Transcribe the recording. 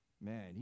man